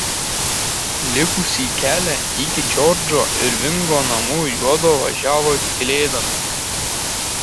likusį kelią iki džordžo irvingo namų juodu važiavo tylėdami